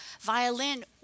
violin